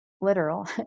literal